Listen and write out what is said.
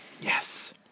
yes